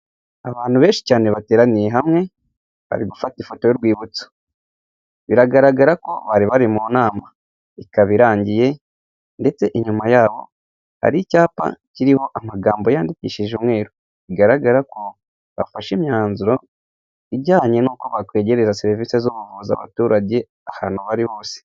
Abantu benshi cyane bateraniye hamwe bari gufata ifoto y'urwibutso, biragaragara ko bari mu nama ikaba irangiye ndetse inyuma yaho hari icyapa kiriho amagambo yandikishije umweru, bigaragara ko bafashe imyanzuro ijyanye n'uko bakwegereza serivise z'ubuvuzi abaturage ahantu bari hose.